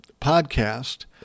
podcast